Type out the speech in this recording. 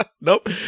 nope